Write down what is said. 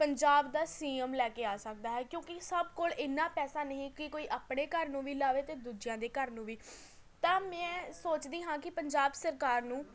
ਪੰਜਾਬ ਦਾ C M ਲੈ ਕੇ ਆ ਸਕਦਾ ਹੈ ਕਿਉਂਕਿ ਸਭ ਕੋਲ ਇੰਨਾਂ ਪੈਸਾ ਨਹੀਂ ਕਿ ਕੋਈ ਆਪਣੇ ਘਰ ਨੂੰ ਵੀ ਲਾਵੇ ਅਤੇ ਦੂਜਿਆਂ ਦੇ ਘਰ ਨੂੰ ਵੀ ਤਾਂ ਮੈਂ ਸੋਚਦੀ ਹਾਂ ਕਿ ਪੰਜਾਬ ਸਰਕਾਰ ਨੂੰ